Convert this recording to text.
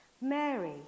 Mary